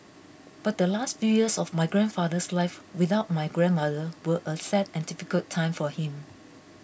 but the last few years of my grandfather's life without my grandmother were a sad and difficult time for him